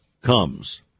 comes